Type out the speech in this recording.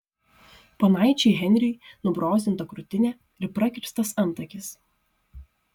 ponaičiui henriui nubrozdinta krūtinė ir prakirstas antakis